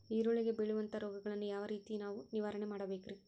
ಈರುಳ್ಳಿಗೆ ಬೇಳುವಂತಹ ರೋಗಗಳನ್ನು ಯಾವ ರೇತಿ ನಾವು ನಿವಾರಣೆ ಮಾಡಬೇಕ್ರಿ?